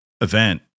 event